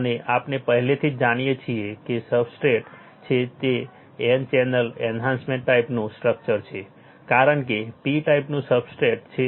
અને આપણે પહેલેથી જ જાણીએ છીએ કે જે સબસ્ટ્રેટ છે તે N ચેનલ એન્હાન્સમેન્ટ ટાઈપનું સ્ટ્રકચર છે કારણ કે P ટાઈપનું સબસ્ટ્રેટ છે